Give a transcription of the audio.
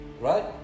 right